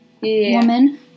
woman